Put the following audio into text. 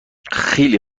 خیلی